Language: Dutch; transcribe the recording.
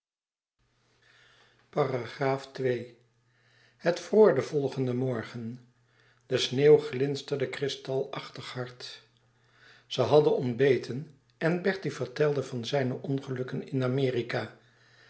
ii het vroor den volgenden morgen de sneeuw glinsterde kristalachtig hard zij hadden ontbeten en bertie vertelde van zijne ongelukken in amerika